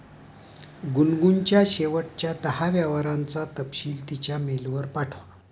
गुनगुनच्या शेवटच्या दहा व्यवहारांचा तपशील तिच्या मेलवर पाठवा